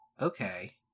Okay